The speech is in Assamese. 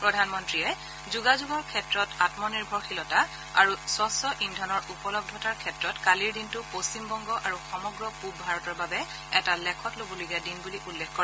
প্ৰধানমন্ত্ৰীয়ে কালিৰ দিনটো যোগাযোগৰ ক্ষেত্ৰৰ আমনিৰ্ভৰশীলতা আৰু স্বচ্ছ ইন্ধনৰ উপলব্ধতাৰ ক্ষেত্ৰত কালিৰ দিনটো পশ্চিমবংগ আৰু সমগ্ৰ পূব ভাৰতৰ বাবে এটা লেখত লবলগীয়া দিন বুলি উল্লেখ কৰে